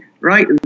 right